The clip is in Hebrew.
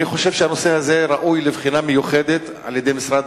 אני חושב שהנושא הזה ראוי לבחינה מיוחדת במשרד